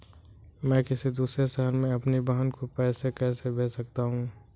मैं किसी दूसरे शहर से अपनी बहन को पैसे कैसे भेज सकता हूँ?